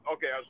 Okay